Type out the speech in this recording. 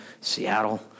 Seattle